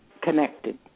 connected